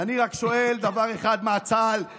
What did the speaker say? ואני שואל רק דבר אחד: מה,